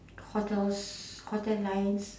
hotels hotel lines